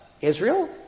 Israel